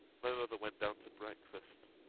my mother went down to breakfast.